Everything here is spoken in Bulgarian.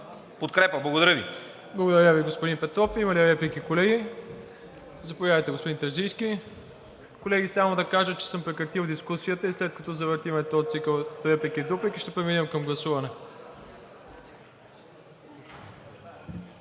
МИРОСЛАВ ИВАНОВ: Благодаря Ви, господин Петров. Има ли реплики, колеги? Заповядайте, господин Терзийски. Колеги, само да кажа, че съм прекратил дискусията и след като завъртим този цикъл от реплики и дуплики, ще преминем към гласуване.